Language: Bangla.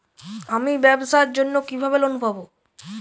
আমি ব্যবসার জন্য কিভাবে লোন পাব?